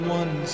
one